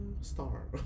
star